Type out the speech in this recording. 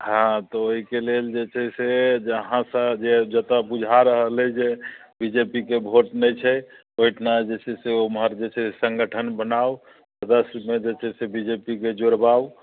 हँ तऽ ओइके लेल जे छै से जहाँ सँ जे जतौ बुझा रहल अइ जे बी जे पी के वोट नै छै ओइठमा जे छै से ओम्हर जे छै से सङ्गठन बनाउ सदस्यमे जे छै से बी जे पी के जोड़बाउ